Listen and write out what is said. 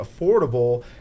affordable